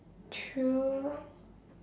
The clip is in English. true